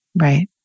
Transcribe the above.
Right